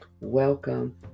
Welcome